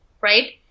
right